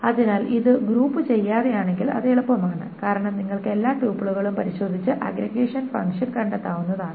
അതിനാൽ ഇത് ഗ്രൂപ്പു ചെയ്യാതെ ആണെങ്കിൽ അത് എളുപ്പമാണ് കാരണം നിങ്ങൾക്കു എല്ലാ ട്യൂപ്പിളുകളും പരിശോധിച്ച് അഗ്ഗ്രിഗേഷൻ ഫങ്ക്ഷൻ കണ്ടെത്താവുന്നതാണ്